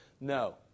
no